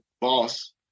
boss